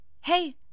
hey